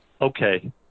okay